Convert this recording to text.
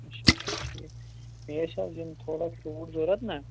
اَچھا اَچھا ٹھیٖک بیٚیہِ ٲسۍ حظ یِم تھوڑا فرٛوٗٹ ضروٗرت نا